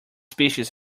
species